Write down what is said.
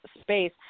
space